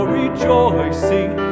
rejoicing